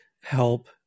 help